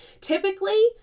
Typically